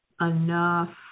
enough